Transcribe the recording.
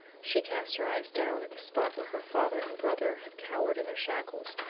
she cast her eye down at the spot where her father and brother had cowered in their shackles,